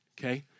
okay